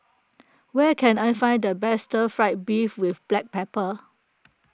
where can I find the best Stir Fried Beef with Black Pepper